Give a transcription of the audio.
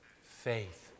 faith